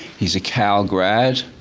he's a cal grad,